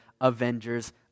Avengers